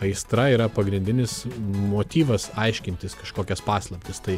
aistra yra pagrindinis motyvas aiškintis kažkokias paslaptis tai